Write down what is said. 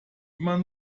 immer